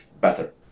better